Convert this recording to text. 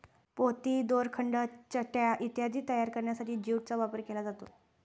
पोती, दोरखंड, चटया इत्यादी तयार करण्यासाठी ज्यूटचा वापर केला जातो